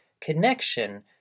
connection